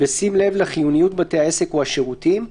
בשים לב לחיוניות בתי העסק או השירותים,